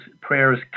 prayers